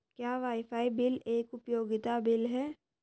क्या wifi bill एक उपयोगिता बिल है?